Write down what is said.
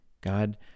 God